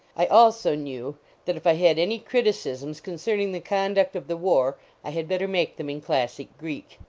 i also knew that if i had any criticisms concerning the conduct of the war i had better make them in classic greek.